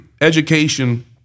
education